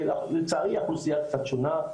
לצערי האוכלוסייה קצת שונה,